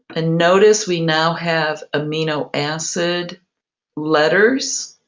and notice we now have amino acid letters.